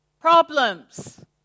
Problems